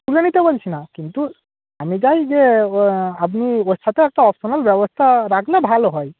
তুলে নিতে বলছি না কিন্তু আমি চাই যে আপনি ওর সাথে একটা অপশানাল ব্যবস্থা রাখলে ভালো হয়